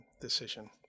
decision